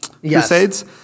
crusades